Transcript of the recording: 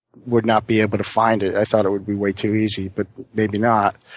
would not be able to find it i thought it would be way too easy. but maybe not.